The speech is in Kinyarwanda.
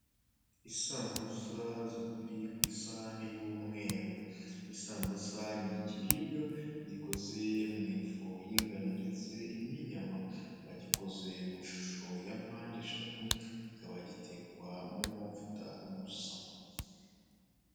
Isambusa ziri ku isahane y'umweru, isambusa ni ikiribwa gikoze mu ifu y'ingano ndetse n'inyama, gikoze mu ishusho ya mpande eshatu kikaba gitekwa mu mavuta gusa.